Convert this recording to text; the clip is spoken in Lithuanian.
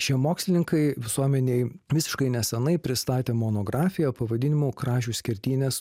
šie mokslininkai visuomenei visiškai nesenai pristatė monografiją pavadinimu kražių skerdynės